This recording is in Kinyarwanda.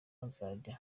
bazajya